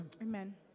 Amen